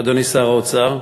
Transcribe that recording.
אדוני שר האוצר,